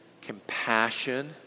compassion